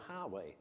highway